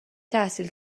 تحصیل